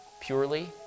purely